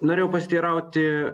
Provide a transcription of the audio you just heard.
norėjau pasiteirauti